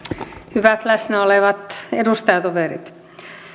hyvät läsnä olevat edustajatoverit